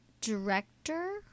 director